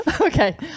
okay